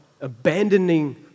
Abandoning